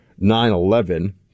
9-11